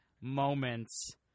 moments